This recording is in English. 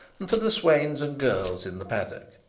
and for the swains and girls in the paddock.